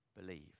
believe